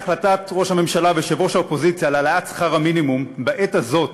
החלטת ראש הממשלה ויושב-ראש האופוזיציה על העלאת שכר המינימום בעת הזאת